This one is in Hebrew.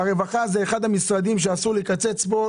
משרד הרווחה זה אחד המשרדים שאסור לקצץ בו,